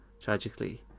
tragically